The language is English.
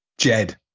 Jed